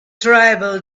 tribal